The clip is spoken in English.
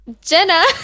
Jenna